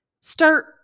start